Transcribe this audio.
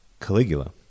Caligula